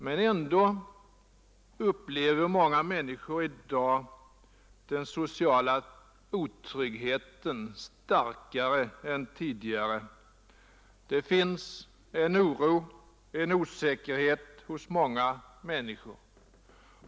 Men ändå upplever många människor i dag den sociala otryggheten starkare än tidigare. Det finns en oro och en osäkerhet hos många människor.